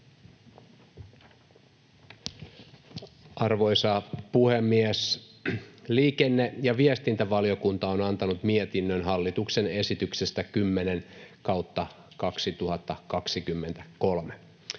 Arvoisa puhemies! Liikenne- ja viestintävaliokunta on antanut mietinnön hallituksen esityksestä 10/2023.